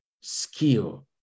skill